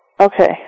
Okay